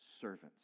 servants